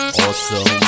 awesome